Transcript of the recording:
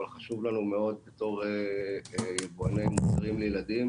אבל חשוב לנו מאוד בתור יבואני מוצרים לילדים